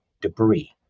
debris